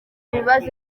ibibazo